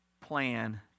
plan